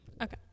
okay